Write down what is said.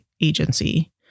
agency